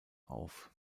auf